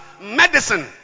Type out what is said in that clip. medicine